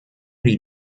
die